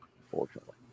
unfortunately